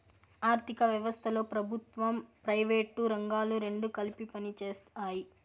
ఆర్ధిక వ్యవస్థలో ప్రభుత్వం ప్రైవేటు రంగాలు రెండు కలిపి పనిచేస్తాయి